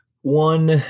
one